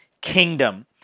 kingdom